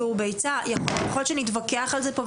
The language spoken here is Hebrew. יכול להיות שנתווכח על זה פה,